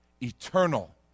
eternal